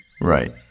Right